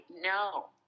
no